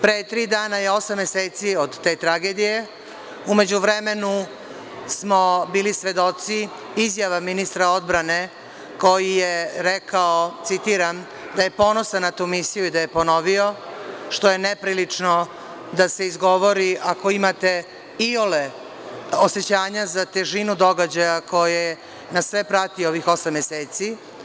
Pre tri dana je osam meseci od te tragedije, u međuvremenu smo bili svedoci izjava ministra odbrane koji je rekao citiram da je ponosan na tu misiju i da je ponovio što je neprilično da se izgovori ako imate iole osećanja za težinu događaja koja nas sve prati ovih osam meseci.